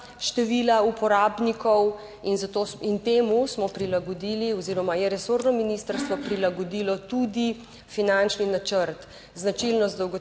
števila uporabnikov in temu smo prilagodili oziroma je resorno ministrstvo prilagodilo tudi finančni načrt. Značilnost dolgotrajne